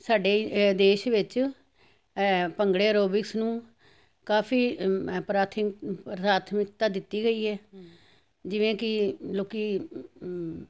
ਸਾਡੇ ਦੇਸ਼ ਵਿੱਚ ਇਹ ਭੰਗੜੇ ਐਰੋਬਿਕਸ ਨੂੰ ਕਾਫੀ ਪ੍ਰਾਥਿ ਪ੍ਰਾਥਮਿਕਤਾ ਦਿੱਤੀ ਗਈ ਹੈ ਜਿਵੇਂ ਕਿ ਲੋਕ